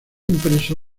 impreso